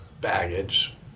baggage